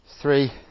Three